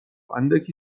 اندکی